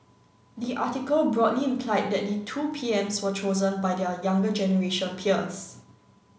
the article broadly implied that the two P M S were chosen by their younger generation peers